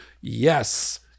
yes